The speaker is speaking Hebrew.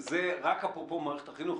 אבל זה רק אפרופו מערכת החינוך.